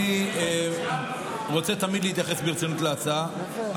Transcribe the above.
אני רוצה תמיד להתייחס ברצינות להצעה.